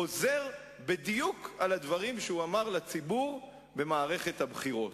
חוזר בדיוק על הדברים שהוא אמר לציבור במערכת הבחירות.